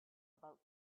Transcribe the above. about